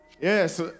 Yes